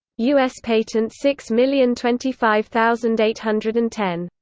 u s. patent six million twenty five thousand eight hundred and ten,